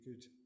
good